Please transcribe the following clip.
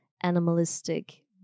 animalistic